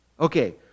Okay